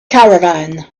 caravan